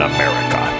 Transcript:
America